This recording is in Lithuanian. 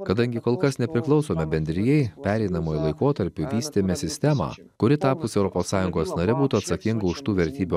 kadangi kol kas nepriklausome bendrijai pereinamuoju laikotarpiu vystėme sistemą kuri tapus europos sąjungos nare būtų atsakinga už tų vertybių